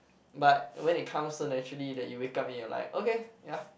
but when it comes so naturally that you wake up and you're like okay ya